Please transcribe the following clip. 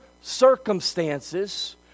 circumstances